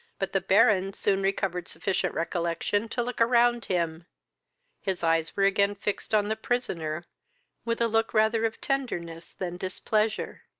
but the baron soon recovered sufficient recollection to look around him his eyes were again fixed on the prisoner with a look rather of tenderness than displeasure.